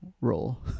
role